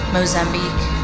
Mozambique